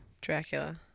Dracula